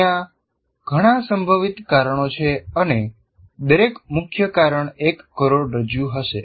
ત્યાં ઘણા સંભવિત કારણો છે અને દરેક મુખ્ય કારણ એક કરોડરજ્જુ હશે